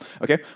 Okay